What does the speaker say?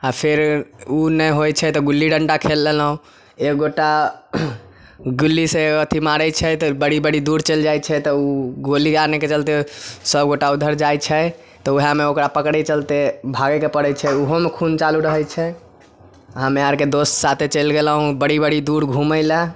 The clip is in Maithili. आ फेर ओ नहि होइ छै तऽ गुल्ली डण्टा खेल लेलहुॅं एक गोटा गुल्ली से अथी मारै छै तऽ बड़ी बड़ी दूर चलि जाइ छै तऽ ओ गोली आनैके चलते सबगोटा उधर जाइ छै तऽ ओहएमे ओकरा पकड़े चलते भागैके पड़ै छै ओहोमे खून चालू रहै छै हम्मे आरके दोस्त साथे चलि गेलौं बड़ी बड़ी दूर घूमैलए